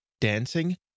dancing